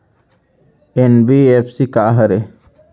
NBFC का हरे?